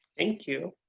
thank you.